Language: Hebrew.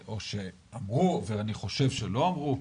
או שאמרו אבל אני חושב שלא אמרו.